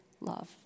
love